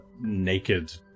naked